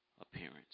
appearance